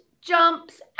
jumps